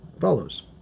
follows